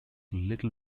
little